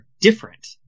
different